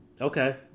Okay